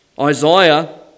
Isaiah